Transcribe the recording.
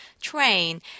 train